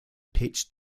pitched